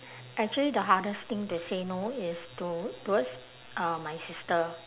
actually the hardest thing to say no is to~ towards uh my sister